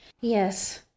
Yes